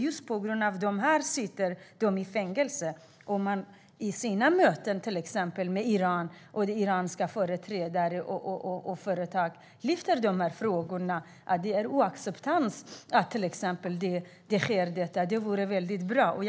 Det vore bra om statsrådet i sina möten med iranska företrädare och företag lyfter fram att det är oacceptabelt att detta sker.